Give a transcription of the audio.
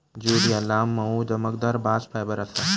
jute ह्या लांब, मऊ, चमकदार बास्ट फायबर आसा